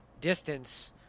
distance